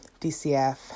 DCF